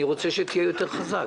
אני רוצה שתהיה יותר חזק.